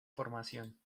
formación